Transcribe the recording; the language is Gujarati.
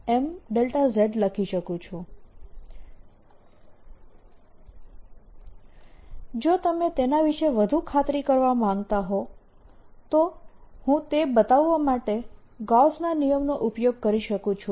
M Mδz LMδ જો તમે તેના વિશે વધુ ખાતરી કરવા માંગતા હો તો હું તે બતાવવા માટે ગૌસના નિયમનો ઉપયોગ કરી શકું છું